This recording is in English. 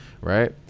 right